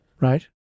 Right